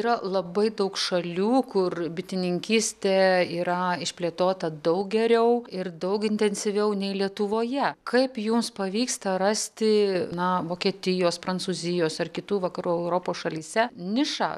yra labai daug šalių kur bitininkystė yra išplėtota daug geriau ir daug intensyviau nei lietuvoje kaip jums pavyksta rasti na vokietijos prancūzijos ar kitų vakarų europos šalyse nišą